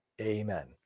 Amen